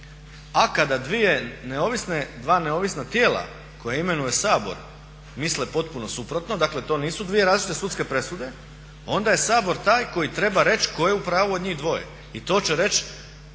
A kada dva neovisna tijela koja imenuje Sabor misle potpuno suprotno, dakle to nisu dvije različite sudske presude, onda je Sabor taj koji treba reći tko je u pravu od njih dvoje i to će reći